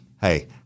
Hey